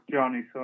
Johnny